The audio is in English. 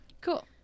cool